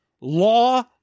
law